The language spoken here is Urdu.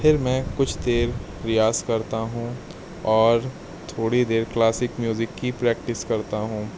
پھر میں کچھ دیر ریاض کرتا ہوں اور تھوڑی دیر کلاسک میوزک کی پریکٹس کرتا ہوں